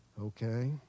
Okay